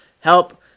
help